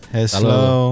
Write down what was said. Hello